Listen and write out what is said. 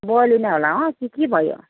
बलेन होला अँ कि के भयो